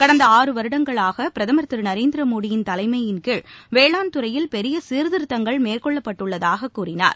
கடந்த ஆறு வருடங்களாக பிரதமர் திரு நரேந்திர மோடியின் தலைமையின் கீழ் வேளாண் துறையில் பெரிய சீர்திருத்தங்கள் மேற்கொள்ளப்பட்டுள்ளதாகக் கூறினார்